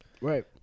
Right